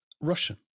Russian